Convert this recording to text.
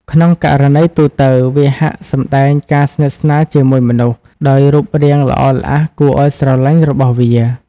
ក្នុងករណីទូទៅ វាហាក់សម្ដែងការស្និទ្ធស្នាលជាមួយមនុស្ស ដោយរូបរាងល្អល្អះគួរឱ្យស្រឡាញ់របស់វា។